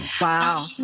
Wow